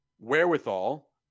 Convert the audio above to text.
wherewithal